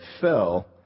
fell